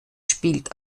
spielt